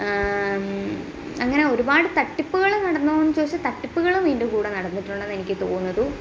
അങ്ങനെ ഒരുപാട് തട്ടിപ്പുകൾ നടന്നോയെന്ന് ചോദിച്ചാൽ തട്ടിപ്പുകളും ഇതിന്റെ കൂടെ നടന്നിട്ടുണ്ടെന്ന് എനിക്ക് തോന്നുന്നതു